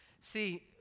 See